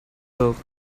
look